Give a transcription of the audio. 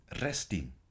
resting